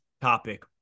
topic